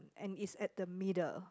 and it's at the middle